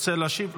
רוצה להשיב?